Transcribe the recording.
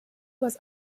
was